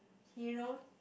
you know